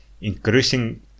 increasing